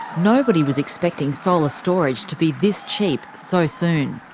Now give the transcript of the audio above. nobody was expecting solar storage to be this cheap so soon.